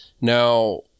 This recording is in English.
Now